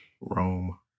Rome